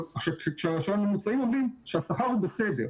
כשהממוצעים אומרים שהשכר הוא בסדר,